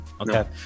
Okay